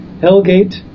Hellgate